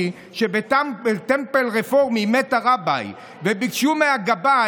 התשפ"א 2021, לקריאה ראשונה.